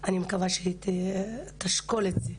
אני מקווה שהיא תשקול את זה.